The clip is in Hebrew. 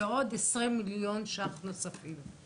לעוד 20 מיליון שקלים נוספים.